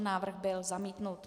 Návrh byl zamítnut.